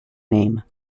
name